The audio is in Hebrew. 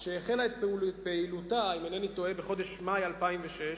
שהחלה את פעילותה, אם אינני טועה, בחודש מאי 2006,